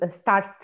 start